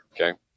okay